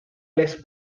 les